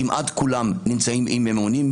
כמעט כולם נמצאים עם ממונים,